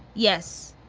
yes.